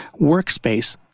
Workspace